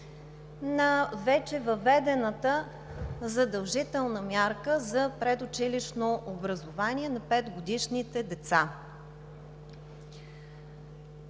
на вече въведената задължителна мярка за предучилищното образование на 5-годишните деца?